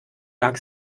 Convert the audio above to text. lag